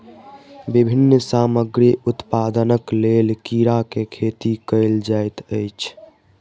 विभिन्न सामग्री उत्पादनक लेल कीड़ा के खेती कयल जाइत अछि